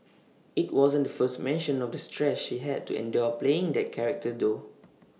IT wasn't the first mention of the stress she had to endure playing that character though